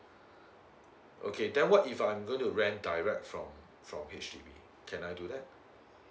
okay then what if I'm going to rent direct from from H_D_B can I do that